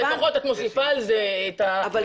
אז לפחות את מוסיפה על זה את ה --- אבל